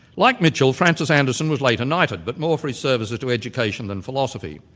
like mitchell, francis anderson was later knighted but more for his services to education than philosophy.